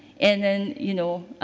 and then, you know,